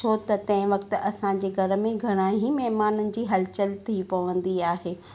छो त तंहिं वक़्तु असांजे घर में घणाई महिमाननि जी हलचलि थी पवंदी आहे